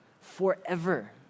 Forever